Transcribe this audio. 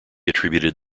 attributed